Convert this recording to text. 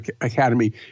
Academy